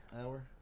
hour